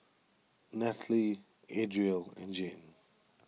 Nataly Adriel and Jane